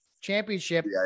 championship